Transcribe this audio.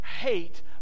hate